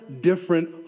different